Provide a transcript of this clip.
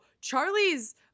Charlie's